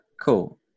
cool